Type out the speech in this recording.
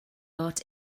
art